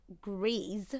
grease